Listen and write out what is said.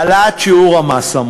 העלאת שיעור המס",